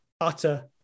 Utter